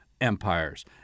empires